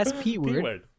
p-word